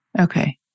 Okay